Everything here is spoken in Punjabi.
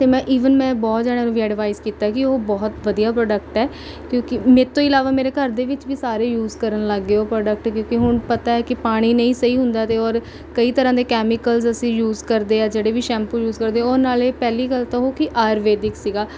ਅਤੇ ਮੈਂ ਈਵਨ ਮੈਂ ਬਹੁਤ ਜਾਣਿਆਂ ਨੂੰ ਵੀ ਐਡਵਾਈਸ ਕੀਤਾ ਕਿ ਉਹ ਬਹੁਤ ਵਧੀਆ ਪ੍ਰੋਡਕਟ ਹੈ ਕਿਉਂਕਿ ਮੇਰੇ ਤੋਂ ਇਲਾਵਾ ਮੇਰੇ ਘਰ ਦੇ ਵਿੱਚ ਵੀ ਸਾਰੇ ਯੂਜ਼ ਕਰਨ ਲੱਗ ਗਏ ਉਹ ਪ੍ਰੋਡਕਟ ਕਿਉਂਕਿ ਹੁਣ ਪਤਾ ਹੈ ਕਿ ਪਾਣੀ ਨਹੀਂ ਸਹੀ ਹੁੰਦਾ ਅਤੇ ਔਰ ਕਈ ਤਰ੍ਹਾਂ ਦੇ ਕੈਮੀਕਲਜ਼ ਅਸੀਂ ਯੂਜ਼ ਕਰਦੇ ਹਾਂ ਜਿਹੜੇ ਵੀ ਸ਼ੈਂਪੂ ਯੂਜ਼ ਕਰਦੇ ਉਹ ਨਾਲੇ ਪਹਿਲੀ ਗੱਲ ਤਾਂ ਉਹ ਕਿ ਆਯੂਰਵੈਦਿਕ ਸੀਗਾ